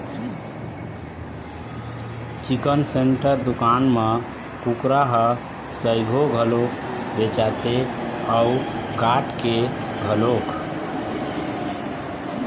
chicken centre दुकान म कुकरा ह सइघो घलोक बेचाथे अउ काट के घलोक